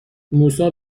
موسی